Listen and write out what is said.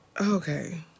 Okay